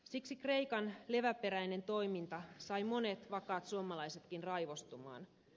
siksi kreikan leväperäinen toiminta sai monet vakaat suomalaisetkin raivostumaan